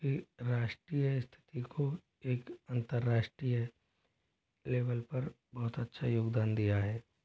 के राष्ट्रीय स्थिति को एक अंतर्राष्ट्रीय लेवल पर बहुत अच्छा योगदान दिया है